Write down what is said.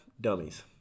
dummies